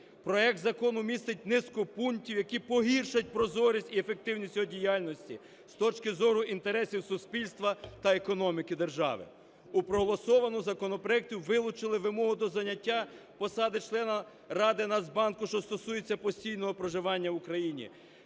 проект закону містить низку пунктів, які погіршать прозорість і ефективність його діяльності з точки зору інтересів суспільства та економіки держави. У проголосованому законопроекті вилучили вимогу до зайняття посади члена Ради Нацбанку, що стосується постійного проживання в Україні.